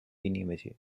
inimesi